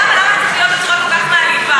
למה זה צריך להיות בצורה כל כך מעליבה?